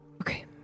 Okay